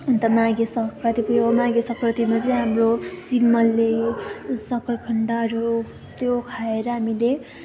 अन्त माघे सङ्क्रान्तिको यो माघे सङ्क्रान्तिमा चाहिँ हाम्रो सिमले सकरकन्दहरू त्यो खाएर हामीले